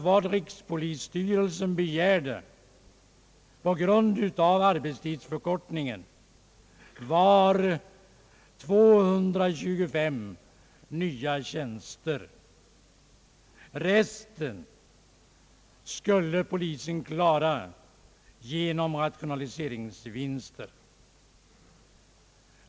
Vad rikspolisstyrelsen begärde på grund av arbetstidsförkortningen var 225 nya tjänster. Resten skulle polisen klara genom rationaliseringsvinster.